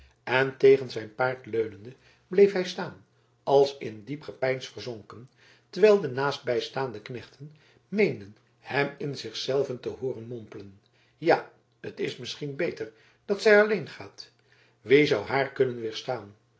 en tegen zijn paard leunende bleef hij staan als in diep gepeins verzonken terwijl de naastbijstaande knechten meenden hem in zich zelven te hooren mompelen ja t is misschien beter dat zij alleen gaat wie zou haar kunnen